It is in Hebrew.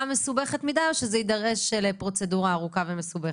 ומסובכת מידי או שתידרש פרוצדורה ארוכה ומסובכת?